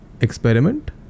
experiment